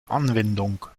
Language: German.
anwendung